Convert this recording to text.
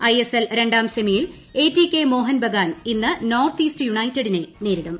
I S L രണ്ടാം സെമിയിൽ A T K Mohun Bagan ഇന്ന് നോർത്ത് ഈസ്റ്റ് യുണൈറ്റഡിനെ നേരിടും